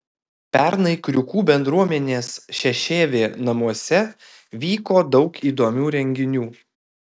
pernai kriukų bendruomenės šešėvė namuose vyko daug įdomių renginių